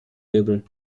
wirbel